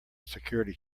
security